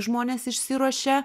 žmonės išsiruošė